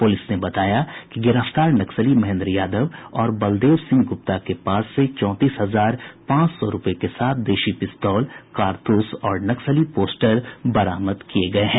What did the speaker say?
police ने बताया कि गिरफ्तार नक्सली महेन्द्र यादव और बलदेव सिंह गुप्ता के पास से चौंतीस हजार पांच सौ रूपये के साथ देशी पिस्तौल कारतूस और नक्सली पोस्टर बरामद किये गये हैं